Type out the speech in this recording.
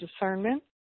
discernment